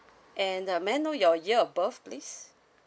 and uh may I know your year of birth please